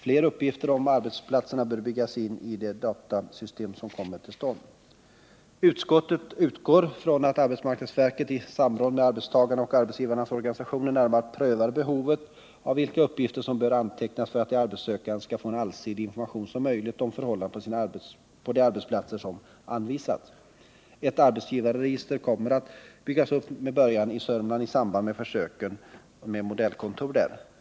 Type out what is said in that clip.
Fler uppgifter om arbetsplatserna bör byggas in i det datasystem som kommer till stånd. Utskottet utgår från att arbetsmarknadsverket i samråd med arbetstagarnas och arbetsgivarnas organisationer närmare prövar vilka uppgifter som bör antecknas för att de arbetssökande skall få en så allsidig information som möjligt om förhållandena på de arbetsplatser som anvisas. Ett arbetsgivarregister kommer att byggas upp med början i Södermanland i samband med försöken med modellkontor där.